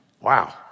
Wow